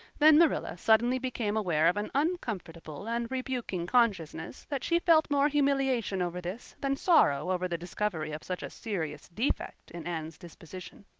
then marilla suddenly became aware of an uncomfortable and rebuking consciousness that she felt more humiliation over this than sorrow over the discovery of such a serious defect in anne's disposition.